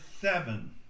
seven